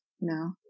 No